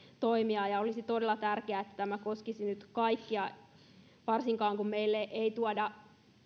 toimia olisi todella tärkeää että tämä koskisi nyt kaikkia varsinkin kun meille ei tuoda